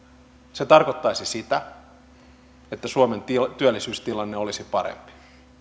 se tarkoittaisi sitä että suomen työllisyystilanne olisi parempi